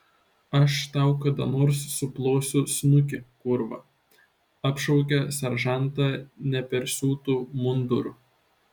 aš tau kada nors suplosiu snukį kurva apšaukė seržantą nepersiūtu munduru